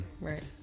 right